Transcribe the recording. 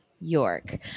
york